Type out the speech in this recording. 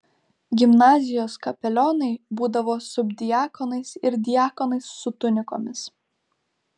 gimnazijos kapelionai būdavo subdiakonas ir diakonas su tunikomis